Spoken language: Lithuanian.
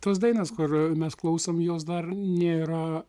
tos dainos kur mes klausom jos dar nėra